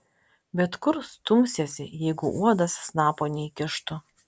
bet kur stumsiesi jeigu uodas snapo neįkištų